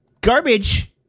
Garbage